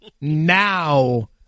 now